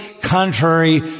contrary